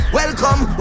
welcome